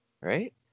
right